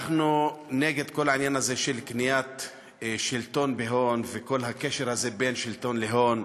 נגד כל העניין הזה של קניית שלטון בהון וכל הקשר הזה בין שלטון להון.